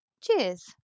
cheers